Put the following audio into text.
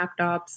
laptops